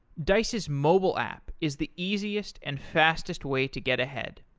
dice's mobile app is the easiest and fastest way to get ahead.